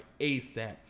ASAP